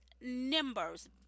numbers